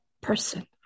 person